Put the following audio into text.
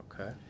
Okay